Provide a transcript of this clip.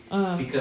mm